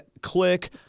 click